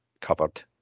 covered